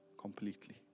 completely